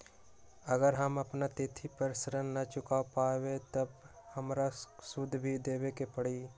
अगर हम अपना तिथि पर ऋण न चुका पायेबे त हमरा सूद भी देबे के परि?